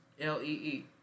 L-E-E